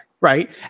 Right